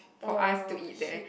for us to eat there